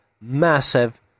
massive